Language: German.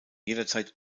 jederzeit